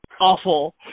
awful